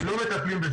לא מטפלים בזה.